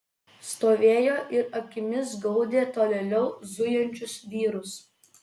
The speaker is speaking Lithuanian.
stovėjo ir akimis gaudė tolėliau zujančius vyrus